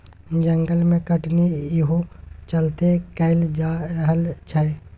जंगल के कटनी इहो चलते कएल जा रहल छै